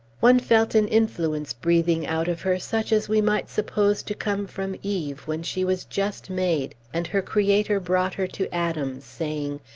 one felt an influence breathing out of her such as we might suppose to come from eve, when she was just made, and her creator brought her to adam, saying,